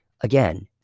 again